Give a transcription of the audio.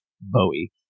Bowie